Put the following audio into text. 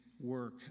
work